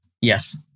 yes